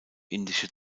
indische